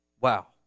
Wow